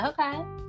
Okay